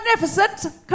magnificent